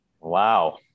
Wow